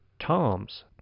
Toms